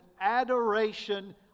adoration